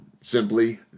simply